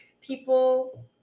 people